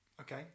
Okay